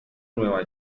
nueva